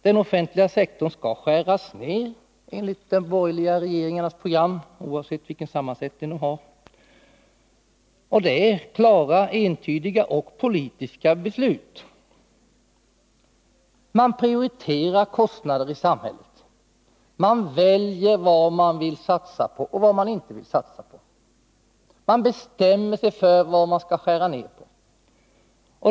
Den offentliga sektorn skall skäras ned enligt de borgerliga regeringarnas program, oavsett vilken sammansättning de har. Det är klara och entydiga politiska beslut. Man prioriterar kostnader i samhället. Man väljer vad man vill satsa på och vad man inte vill satsa på. Man bestämmer sig för vad man skall skära ned på.